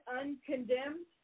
uncondemned